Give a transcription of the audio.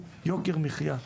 יוקר המחייה,